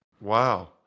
Wow